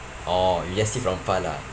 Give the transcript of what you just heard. orh you just see from far lah